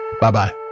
bye-bye